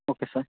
okay sir